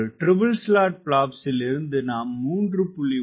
ஒரு triple slot பிளாப்ஸில் இருந்து நாம் 3